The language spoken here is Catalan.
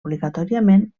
obligatòriament